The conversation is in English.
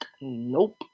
nope